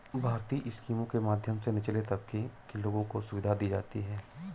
भारतीय स्कीमों के माध्यम से निचले तबके के लोगों को सुविधा दी जाती है